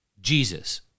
Jesus